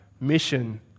mission